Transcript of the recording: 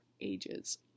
ages